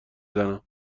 زنم